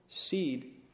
Seed